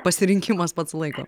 pasirinkimas pats laiko